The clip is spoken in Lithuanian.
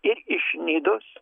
ir iš nidos